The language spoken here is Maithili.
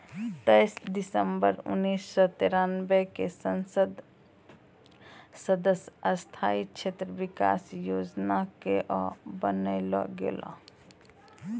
तेइस दिसम्बर उन्नीस सौ तिरानवे क संसद सदस्य स्थानीय क्षेत्र विकास योजना कअ बनैलो गेलैय